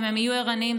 אם הם יהיו ערניים,